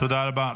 תודה רבה.